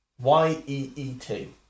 Y-E-E-T